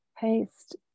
paste